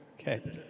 Okay